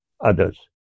others